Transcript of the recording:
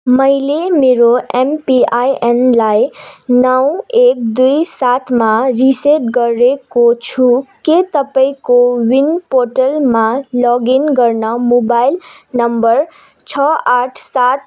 मैले मेरो एमपिआइएनलाई नौ एक दुई सातमा रिसेट गरेको छु के तपाईँँ कोविन पोर्टलमा लगइन गर्न मोबाइल नम्बर छ आठ सात